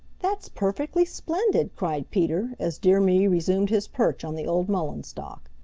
that's perfectly splendid! cried peter, as dear me resumed his perch on the old mullein stalk.